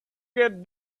get